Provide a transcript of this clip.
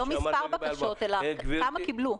לא מספר בקשות אלא כמה קיבלו.